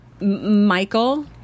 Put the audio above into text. Michael